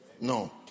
No